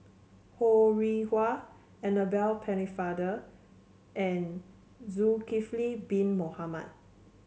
Ho Rih Hwa Annabel Pennefather and Zulkifli Bin Mohamed